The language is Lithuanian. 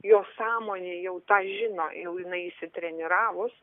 jo sąmonė jau tą žino jau jinai išsitreniravus